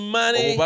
money